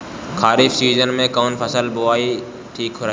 खरीफ़ season में कौन फसल बोअल ठिक रहेला ह?